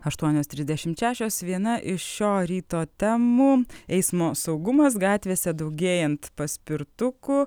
aštuonios trisdešimt šešios viena iš šio ryto temų eismo saugumas gatvėse daugėjant paspirtukų